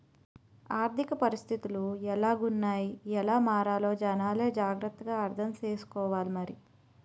ఆర్థిక పరిస్థితులు ఎలాగున్నాయ్ ఎలా మారాలో జనాలే జాగ్రత్త గా అర్థం సేసుకోవాలి మరి